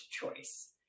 choice